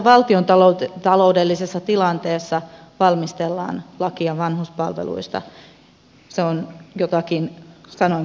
tällaisessa valtiontaloudellisessa tilanteessa valmistellaan lakia vanhuspalveluista se on jotakin sanoin kuvaamattoman hienoa